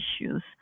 issues